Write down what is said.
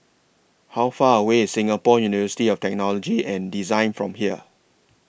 How Far away IS Singapore University of Technology and Design from here